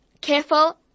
Careful